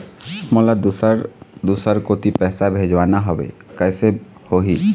मोला दुसर दूसर कोती पैसा भेजवाना हवे, कइसे होही?